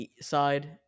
side